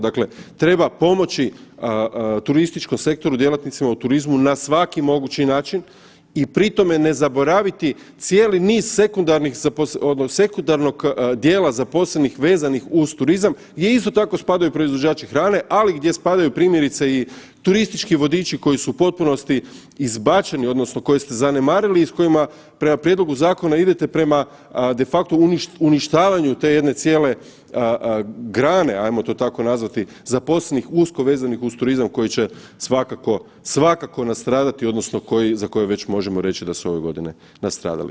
Dakle, treba pomoći turističkom sektoru, djelatnicima u turizmu na svaki mogući način i pri tome ne zaboraviti cijeli niz sekundarnog dijela zaposlenih vezano uz turizam gdje isto tako spadaju proizvođači hrane, ali gdje spadaju primjerice i turistički vodiči koji su u potpunosti izbačeni odnosno koje ste zanemarili i s kojima prema prijedlogu zakona idete prema de facto uništavanju te jedne cijele grane ajmo to tako nazvati zaposlenih usko vezanih uz turizam koji je svakako, svakako nastradati odnosno za koje već možemo reći da su ove godine nastradali.